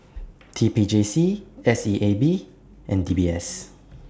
T P J C S E A B and D B S